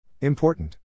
Important